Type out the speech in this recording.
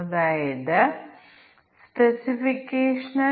അതിനാൽ ഇതിനായി ഞങ്ങൾ തീരുമാന പട്ടിക വികസിപ്പിക്കേണ്ടതുണ്ട്